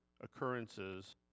occurrences